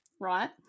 right